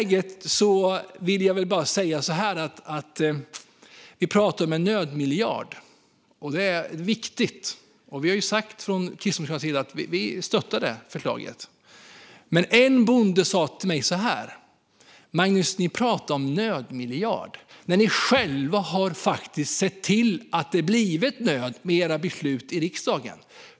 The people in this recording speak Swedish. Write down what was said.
Vi pratar om en nödmiljard, och det är viktigt. Från kristdemokratisk sida har vi sagt att vi stöttar det förslaget. Men en bonde sa så här till mig: Magnus, ni pratar om nödmiljard när ni själva faktiskt har sett till att det blivit nöd med era beslut i riksdagen.